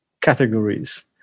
categories